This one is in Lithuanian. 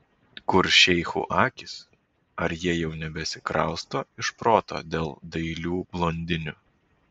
kur šeichų akys ar jie jau nebesikrausto iš proto dėl dailių blondinių